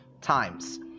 times